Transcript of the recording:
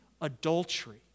adultery